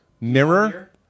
Mirror